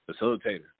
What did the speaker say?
facilitator